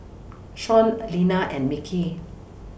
Sean Lina and Mickey